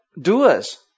doers